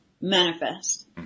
manifest